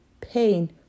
pain